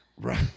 right